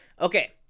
Okay